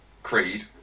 Creed